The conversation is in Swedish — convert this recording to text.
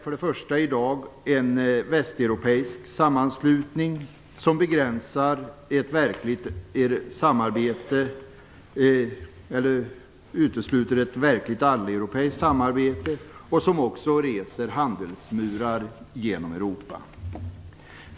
EU är i dag en västeuropeisk sammanslutning som utesluter ett verkligt alleuropeiskt samarbete och som också reser handelsmurar genom Europa.